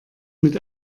mit